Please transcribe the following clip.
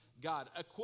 God